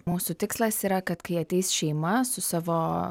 mūsų tikslas yra kad kai ateis šeima su savo